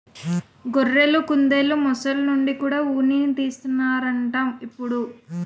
గొర్రెలు, కుందెలు, మొసల్ల నుండి కూడా ఉన్ని తీస్తన్నారట ఇప్పుడు